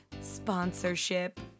sponsorship